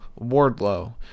Wardlow